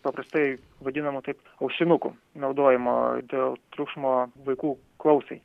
paprastai vadinamų taip ausinukų naudojimo dėl triukšmo vaikų klausai